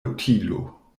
utilo